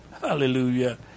Hallelujah